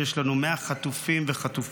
שיש לנו 100 חטופים וחטופות.